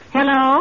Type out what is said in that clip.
Hello